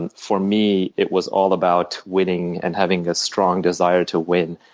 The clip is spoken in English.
and for me, it was all about winning and having a strong desire to win.